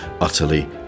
utterly